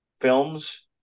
films